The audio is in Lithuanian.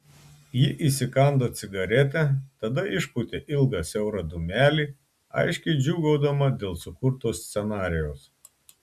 ji įsikando cigaretę tada išpūtė ilgą siaurą dūmelį aiškiai džiūgaudama dėl sukurto scenarijaus